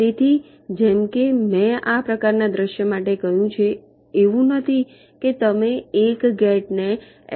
તેથી જેમ કે મેં આ પ્રકારનાં દૃશ્ય માટે કહ્યું છે એવું નથી કે તમે એક ગેટ ને એલ